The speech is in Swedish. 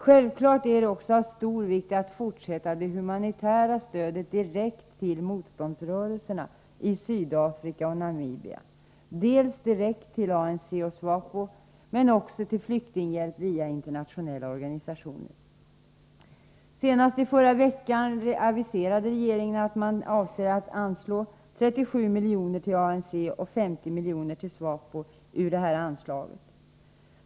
Självfallet är det också av stor vikt att fortsätta det humanitära stödet till motståndsrörelserna i Sydafrika och Namibia — direkt till ANC och SWAPO, men också till flyktinghjälp via internationella organisationer. Senast i förra veckan aviserade regeringen att man avser att anslå 37 milj.kr. till ANC och 50 milj.kr. till SWAPO ur det här anslaget.